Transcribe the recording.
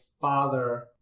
father